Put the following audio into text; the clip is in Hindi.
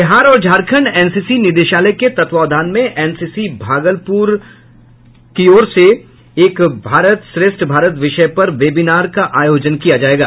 बिहार और झारखंड एनसीसी निदेशालय के तत्वावधान में एनसीसी भागलपुर ने एक भारत श्रेष्ठ भारत विषय पर वेबिनार का आयोजन करेगा